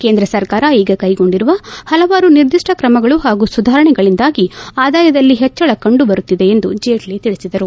ಕೇಂದ್ರ ಸರ್ಕಾರ ಈಗ ಕೈಗೊಂಡಿರುವ ಹಲವಾರು ನಿರ್ದಿಷ್ಟ ಕ್ರಮಗಳು ಹಾಗೂ ಸುಧಾರಣೆಗಳಿಂದಾಗಿ ಆದಾಯದಲ್ಲಿ ಹೆಚ್ಚಳ ಕಂಡು ಬರುತ್ತಿದೆ ಎಂದು ಜೇಟ್ಲ ತಿಳಿಸಿದರು